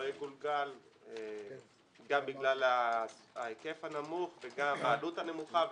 יגולגל גם בגלל ההיקף הנמוך וגם בגלל העלות הנמוכה,